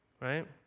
right